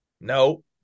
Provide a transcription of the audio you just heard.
No